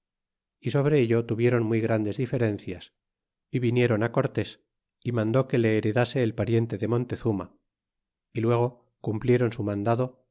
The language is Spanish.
y sobre ello tuvieron muy grandes diferencias y vinieron cortés y mandó que le heredase el pariente de montezuma y luego cumplieron su mandado